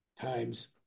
times